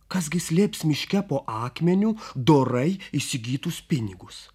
kas gi slėps miške po akmeniu dorai įsigytus pinigus